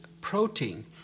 protein